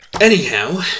anyhow